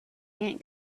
ant